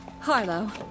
Harlow